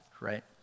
right